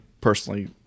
personally